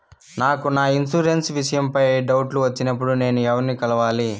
నాకు నా ఇన్సూరెన్సు విషయం పై డౌట్లు వచ్చినప్పుడు నేను ఎవర్ని కలవాలి?